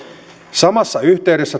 samassa yhteydessä